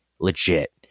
legit